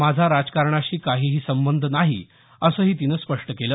माझा राजकारणाशी काहीही संबध नाही असंही तिनं स्पष्ट केलं